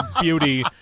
beauty